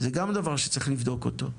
זה גם דבר שצריך לבדוק אותו.